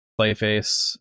Playface